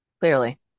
Clearly